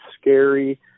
scary